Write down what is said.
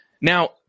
Now